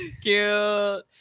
cute